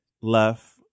left